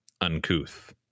uncouth